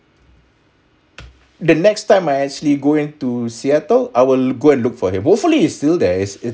the next time I actually go into seattle I will go and look for him hopefully he's still there